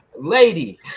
Lady